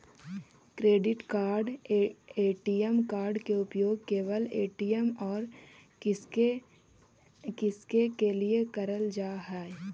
Credit card ATM card के उपयोग केवल ए.टी.एम और किसके के लिए करल जा है?